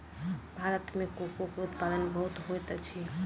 भारत में कोको के उत्पादन बहुत होइत अछि